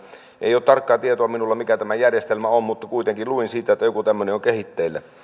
ei ole tarkkaa tietoa minulla mikä tämä järjestelmä on mutta kuitenkin luin siitä että joku tämmöinen on kehitteillä